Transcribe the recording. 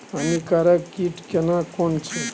हानिकारक कीट केना कोन छै?